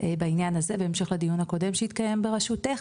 בעניין הזה, בהמשך לדיון הקודם שהתקיים ברשותך,